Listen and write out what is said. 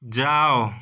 ଯାଅ